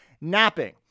Napping